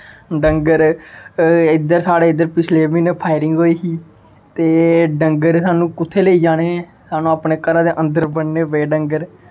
डंगर इद्धर साढ़े इद्धर पिछले म्हीनें फायरिंग होई ही ते डंगर सानूं कु'त्थें लेई जाने सानूं अपने घरे दे अन्दर बनन्ने पे डंगर